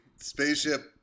spaceship